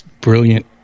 brilliant